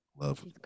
love